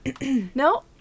No